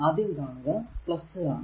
ആദ്യം കാണുക ആണ്